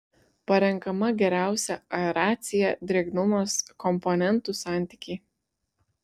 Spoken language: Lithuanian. parenkama geriausia aeracija drėgnumas komponentų santykiai